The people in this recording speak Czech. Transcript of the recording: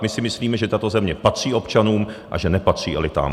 My si myslíme, že tato země patří občanům a že nepatří elitám.